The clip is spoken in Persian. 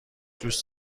دوست